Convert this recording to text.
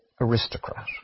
aristocrat